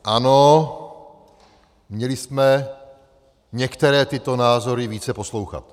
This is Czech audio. Ano, měli jsme některé tyto názory více poslouchat.